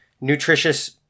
nutritious